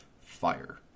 fire